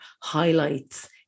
highlights